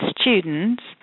students